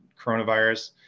coronavirus